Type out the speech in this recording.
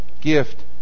gift